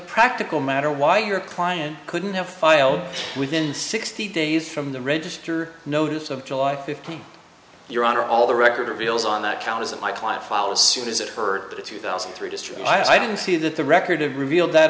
practical matter why your client couldn't have filed within sixty days from the register notice of july fifteenth your honor all the record reveals on that count as of my client follow suit is it for the two thousand three district i didn't see that the record of revealed that